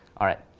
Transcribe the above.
all right.